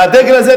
והדגל הזה,